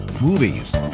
movies